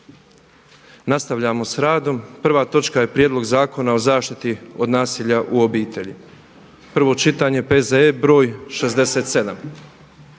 Nastavljamo sa radom. Prva točka je - Prijedlog zakona o zaštiti od nasilja u obitelji, prvo čitanje, P.Z.E. br. 67.